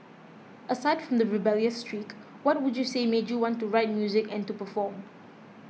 aside from the rebellious streak what would you say made you want to write music and to perform